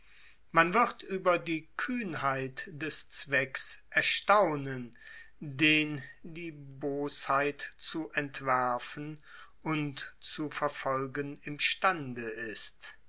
man wird über die kühnheit des zwecks erstaunen den die bosheit zu entwerfen und zu verfolgen imstande ist